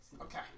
Okay